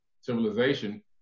civilization